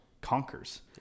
conquers